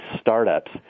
startups